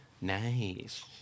nice